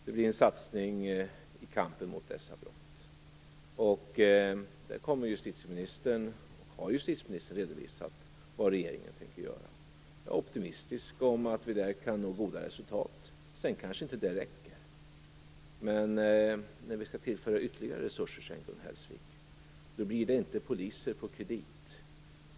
Det blir en satsning på kampen mot dessa brott. Justitieministern har redovisat vad regeringen tänker göra. Jag är optimistisk om att vi kan nå goda resultat. Sedan kanske detta inte räcker. Men när vi skall tillföra ytterligare resurser, Gun Hellsvik, blir det inte poliser på kredit.